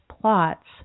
plots